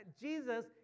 Jesus